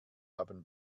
haben